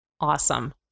awesome